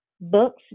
books